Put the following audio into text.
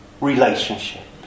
relationship